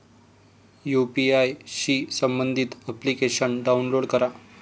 UPI शी संबंधित application download करा